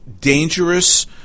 dangerous